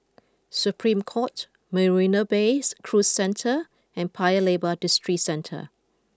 Supreme Court Marina Bay Cruise Centre and Paya Lebar Districentre